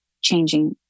changing